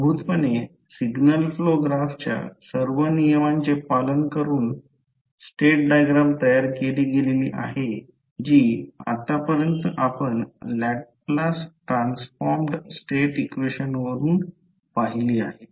मूलभूतपणे signal flow ग्राफच्या सर्व नियमांचे पालन करून स्टेट डायग्राम तयार केली गेली आहे जी आतापर्यंत आपण लॅपलास ट्रान्सफॉर्म्ड स्टेट इक्वेशन वापरुन पाहिली आहे